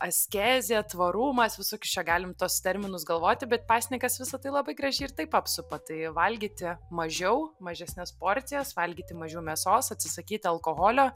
askezė tvarumas visokius čia galim tuos terminus galvoti bet pasnikas visa tai labai gražiai ir taip apsupa tai valgyti mažiau mažesnes porcijas valgyti mažiau mėsos atsisakyti alkoholio